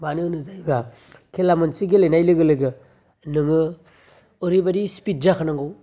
मानो होनो जायोबा खेला मोनसे गेलेनाय लोगो नोङो ओरैबादि स्पिड जाखा नांगौ